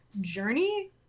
Journey